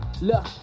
Look